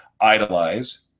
idolize